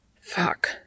Fuck